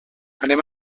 anem